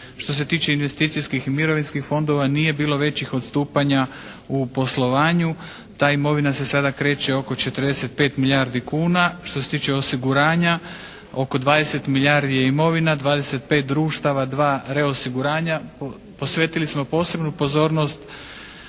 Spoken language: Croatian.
Što se tiče investicijskih i mirovinskih fondova nije bilo većih odstupanja u poslovanju. Ta imovina se sada kreće oko 45 milijardi kuna. Što se tiče osiguranja oko 20 milijardi je imovina, 25 društava, 2 reosiguranja. Posvetili smo posebnu pozornost